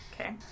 Okay